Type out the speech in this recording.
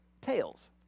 tails